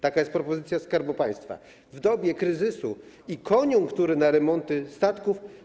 Taka jest propozycja Skarbu Państwa w dobie kryzysu i koniunktury na remonty statków.